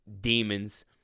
demons